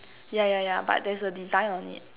yeah yeah yeah but there's a design on it